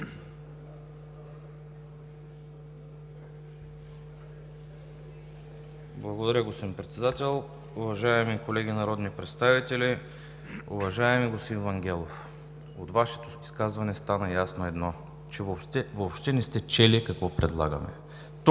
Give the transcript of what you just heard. Благодаря, господин Председател. Уважаеми колеги народни представители! Уважаеми господин Вангелов, от Вашето изказване стана ясно едно – че въобще, въобще не сте чели какво предлагаме.